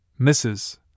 Mrs